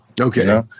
Okay